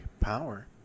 power